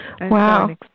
Wow